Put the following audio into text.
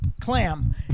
Clam